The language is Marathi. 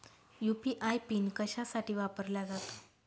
यू.पी.आय पिन कशासाठी वापरला जातो?